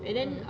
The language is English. mm